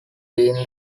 being